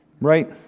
Right